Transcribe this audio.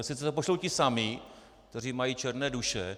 Sice to pošlou ti samí, kteří mají černé duše.